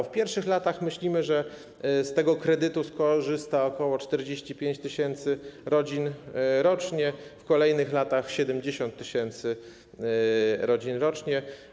W pierwszych latach, jak myślimy, z tego kredytu skorzysta ok. 45 tys. rodzin rocznie, a w kolejnych latach - 70 tys. rodzin rocznie.